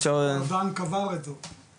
ארדן קבר את זה.